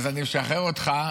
אז אני משחרר אותך,